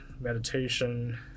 meditation